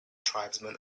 tribesmen